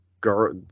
girl